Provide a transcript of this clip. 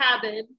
cabin